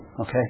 Okay